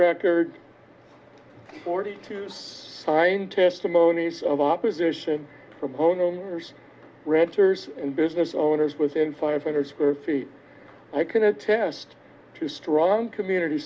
record forty two signed testimonies of opposition from home renters and business owners within five hundred square feet i can attest to strong community